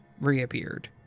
reappeared